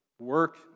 Work